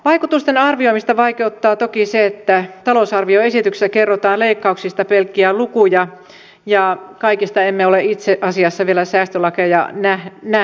vaikutusten arvioimista vaikeuttaa toki se että talousarvioesityksessä kerrotaan leikkauksista pelkkiä lukuja ja kaikista emme ole itse asiassa vielä säästölakeja nähneetkään